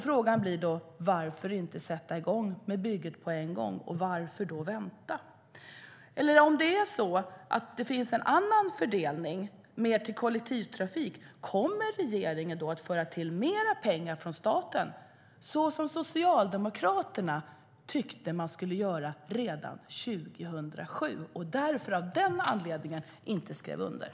Frågan blir då: Varför inte sätta igång med bygget på en gång? Varför vänta?